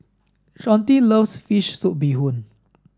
Shawnte loves fish soup bee Hoon